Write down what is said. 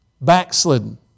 backslidden